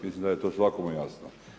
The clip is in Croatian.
Mislim da je to svakome jasno.